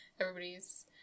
everybody's